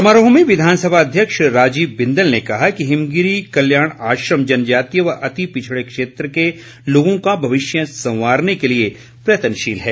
समारोह में विधानसभा अध्यक्ष राजीव बिंदल ने कहा कि हिमगिरी कल्याण आश्रम जनजातीय व अति पिछड़े क्षेत्रों के लोगों का भविष्य संवारने के लिए प्रयत्नशील है